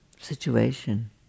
situation